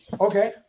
Okay